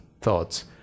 thoughts